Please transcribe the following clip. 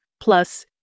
plus